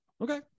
okay